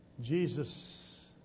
Jesus